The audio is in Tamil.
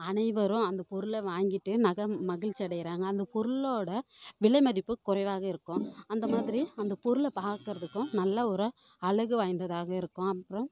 அனைவரும் அந்த பொருளை வாங்கிட்டு மகிழ்ச்சி அடைகிறாங்க அந்த பொருளோடய விலைமதிப்பு குறைவாக இருக்கும் அந்த மாதிரி அந்த பொருளை பார்க்கறதுக்கும் நல்ல ஒரு அழகு வாய்ந்ததாக இருக்கும் அப்புறம்